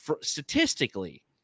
statistically